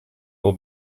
will